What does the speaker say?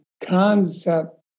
concept